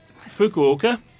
Fukuoka